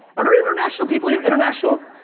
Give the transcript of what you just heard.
are there international people here, international?